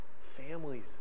families